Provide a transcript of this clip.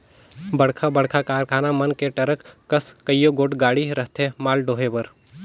बड़खा बड़खा कारखाना मन में टरक कस कइयो गोट गाड़ी रहथें माल डोहे बर